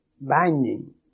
binding